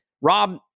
Rob